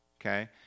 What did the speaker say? okay